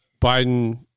Biden